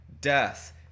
death